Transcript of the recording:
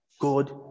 God